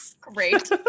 great